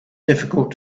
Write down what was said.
difficult